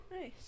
Nice